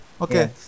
Okay